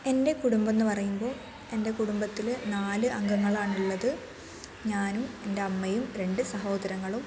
എൻ്റെ കുടുംബം എന്നു പറയുന്നത് എൻ്റെ കുടുംബത്തിൽ നാല് അംഗങ്ങളാണ് ഉള്ളത് ഞാനും എൻ്റെ അമ്മയും രണ്ട് സഹോദരങ്ങളും